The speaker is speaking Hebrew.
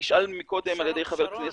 נשאל מקודם על ידי חבר הכנסת,